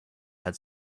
had